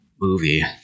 movie